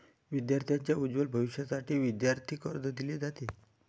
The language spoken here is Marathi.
विद्यार्थांच्या उज्ज्वल भविष्यासाठी विद्यार्थी कर्ज दिले जाते